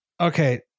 okay